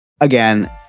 again